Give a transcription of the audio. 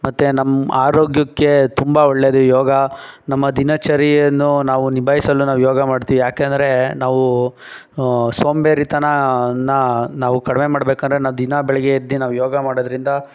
ಮತ್ತು ನಮ್ಮ ಆರೋಗ್ಯಕ್ಕೆ ತುಂಬ ಒಳ್ಳೆಯದು ಯೋಗ ನಮ್ಮ ದಿನಚರಿಯನ್ನು ನಾವು ನಿಭಾಯಿಸಲು ನಾವು ಯೋಗ ಮಾಡ್ತೀವಿ ಯಾಕೆಂದರೆ ನಾವು ಸೋಂಬೇರಿತನನ ನಾವು ಕಡಿಮೆ ಮಾಡ್ಬೇಕಂದ್ರೆ ನಾವು ದಿನಾ ಬೆಳಗ್ಗೆ ಎದ್ದು ನಾವು ಯೋಗ ಮಾಡೋದರಿಂದ